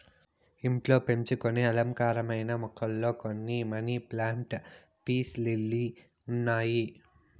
ఇంట్లో పెంచుకొనే అలంకారమైన మొక్కలలో కొన్ని మనీ ప్లాంట్, పీస్ లిల్లీ ఉన్నాయి